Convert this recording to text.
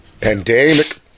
pandemic